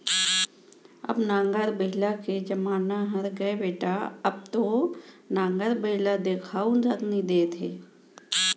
अब नांगर बइला के जमाना हर गय बेटा अब तो नांगर बइला देखाउ तक नइ देत हे